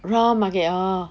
Round Market orh